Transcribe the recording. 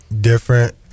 different